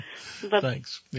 Thanks